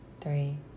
three